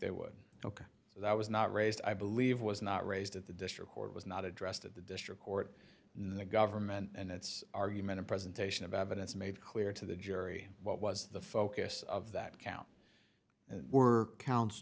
they would joke that i was not raised i believe was not raised at the district court was not addressed at the district court in the government and its argument of presentation of evidence made clear to the jury what was the focus of that count and were counts